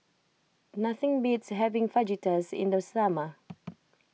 nothing beats having Fajitas in the summer